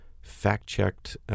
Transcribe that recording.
fact-checked